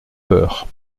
peur